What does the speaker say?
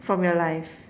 from your life